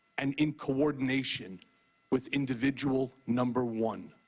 and in coordination with individual number one.